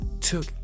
took